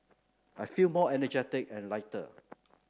I feel more energetic and lighter